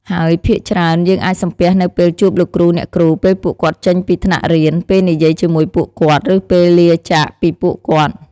ហើយភាគច្រើន យើងអាចសំពះនៅពេលជួបលោកគ្រូ អ្នកគ្រូ ពេលពួកគាត់ចេញពីថ្នាក់រៀន ពេលនិយាយជាមួយពួកគាត់ ឬពេលលាចាកពីពួកគាត់។